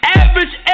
average